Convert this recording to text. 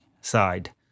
side